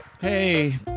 Hey